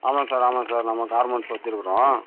ஆமா சார் ஆமா சார் நாம் கார்மெண்ட்ஸ் வச்சிருக்கிறோம்